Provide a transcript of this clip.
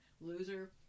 loser